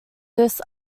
this